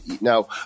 Now